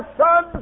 son